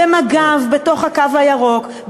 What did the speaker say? במג"ב בתוך הקו הירוק,